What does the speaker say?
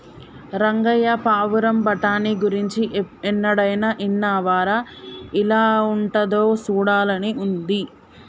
రంగయ్య పావురం బఠానీ గురించి ఎన్నడైనా ఇన్నావా రా ఎలా ఉంటాదో సూడాలని ఉంది